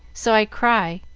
so i cry.